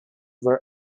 were